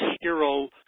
hero